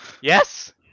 Yes